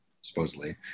supposedly